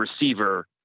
receiver